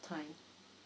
time